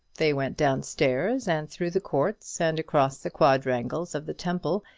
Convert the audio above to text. they went down-stairs, and through the courts, and across the quadrangles of the temple,